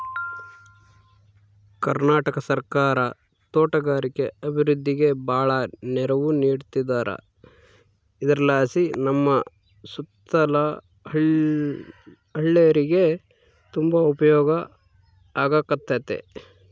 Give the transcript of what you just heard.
ಕರ್ನಾಟಕ ಸರ್ಕಾರ ತೋಟಗಾರಿಕೆ ಅಭಿವೃದ್ಧಿಗೆ ಬಾಳ ನೆರವು ನೀಡತದಾರ ಇದರಲಾಸಿ ನಮ್ಮ ಸುತ್ತಲ ಹಳ್ಳೇರಿಗೆ ತುಂಬಾ ಉಪಯೋಗ ಆಗಕತ್ತತೆ